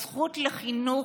הזכות לחינוך,